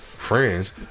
friends